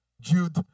Jude